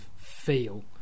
feel